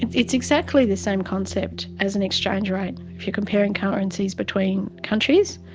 it's exactly the same concept as an exchange rate. if you're comparing currencies between countries,